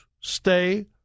stay